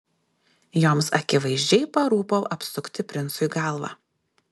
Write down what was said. joms akivaizdžiai parūpo apsukti princui galvą